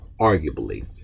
arguably